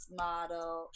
model